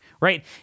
Right